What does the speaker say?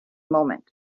moment